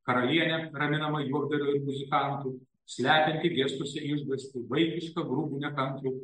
karalienė raminama juokdarių ir muzikantų slepia kai gestuose išgąstį vaikišką grubų nekantrų